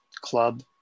club